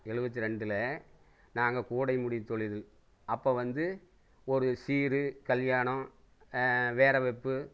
எழுபத்தி ரெண்டில் நாங்கள் கூடை முடி தொழில் அப்போ வந்து ஒரு சீர் கல்யாணம் வரவேப்பு